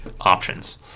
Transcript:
options